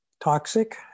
toxic